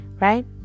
right